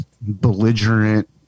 belligerent